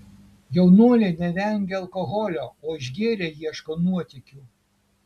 jaunuoliai nevengia alkoholio o išgėrę ieško nuotykių